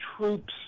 troops